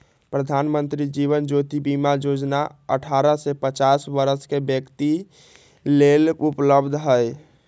प्रधानमंत्री जीवन ज्योति बीमा जोजना अठारह से पचास वरस के व्यक्तिय लेल उपलब्ध हई